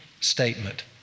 statement